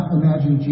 imagine